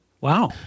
Wow